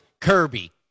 Kirby